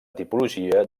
tipologia